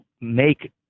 make